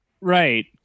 Right